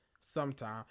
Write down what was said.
sometime